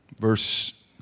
Verse